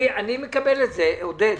אני מקבל את זה, עודד.